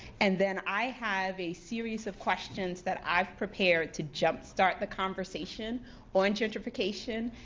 and then i have a series of questions that i've prepared to jump start the conversation on gentrification.